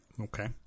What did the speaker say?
Okay